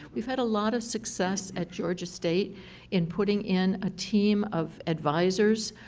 we've had a lot of success at georgia state in putting in a team of advisors,